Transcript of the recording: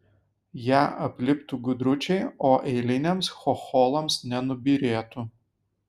ją apliptų gudručiai o eiliniams chocholams nenubyrėtų